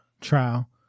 trial